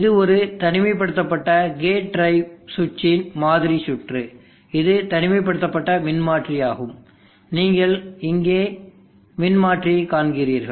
இது ஒரு தனிமைப்படுத்தப்பட்ட கேட் டிரைவ் சுற்றின் மாதிரி சுற்று இது தனிமைப்படுத்தப்பட்ட மின்மாற்றி ஆகும் நீங்கள் இங்கே மின்மாற்றியை காண்கிறீர்கள்